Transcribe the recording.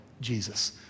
Jesus